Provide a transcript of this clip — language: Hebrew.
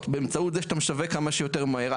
באמצעות זה שאתה משווק כמה שיותר מהר,